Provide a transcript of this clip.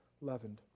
leavened